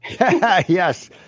Yes